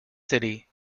city